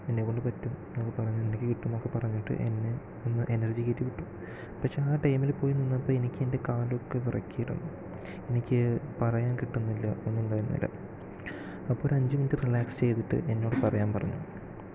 നിന്നെക്കൊണ്ട് പറ്റും എന്നൊക്കെ പറഞ്ഞു നിനക്ക് കിട്ടുംന്നൊക്കെ പറഞ്ഞിട്ട് എന്നെ ഒന്ന് എനർജി കേറ്റി വിട്ടു പക്ഷേ ആ ടൈമിൽ പോയി നിന്നപ്പോൾ എനിക്ക് എൻ്റെ കാലൊക്കെ വിറയ്ക്കാരുന്നു എനിക്ക് പറയാൻ കിട്ടുന്നില്ല ഒന്നുമുണ്ടായിരുന്നില്ല അപ്പോൾ ഒരഞ്ച് മിനിട്ട് റിലാക്സ് ചെയ്തിട്ട് എന്നോട് പറയാൻ പറഞ്ഞു